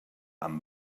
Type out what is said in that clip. amb